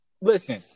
listen